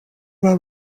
are